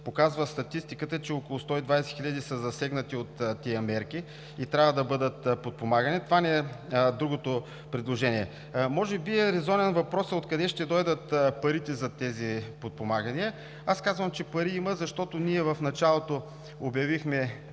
показва статистиката – около 120 хиляди са засегнати от тези мерки и трябва да бъдат подпомагани. Това ни е другото предложение. Може би е резонен въпросът откъде ще дойдат парите за тези подпомагания. Аз казвам, че пари има, защото в началото